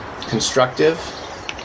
constructive